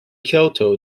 kyoto